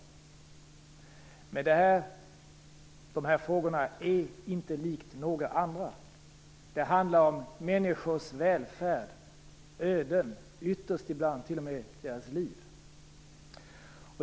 Men dessa frågor liknar inte några andra. Det handlar om människors välfärd och öden, ibland t.o.m. om deras liv.